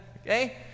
Okay